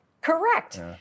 Correct